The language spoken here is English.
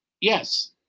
yes